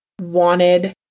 wanted